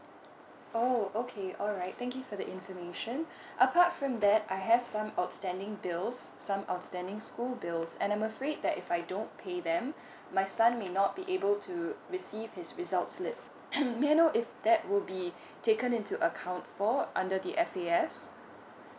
oh okay alright thank you for the information apart from that I have some outstanding bills some outstanding school bills and I'm afraid that if I don't pay them my son may not be able to receive his results slip mm may I know if that would be taken into account for under the F_A_S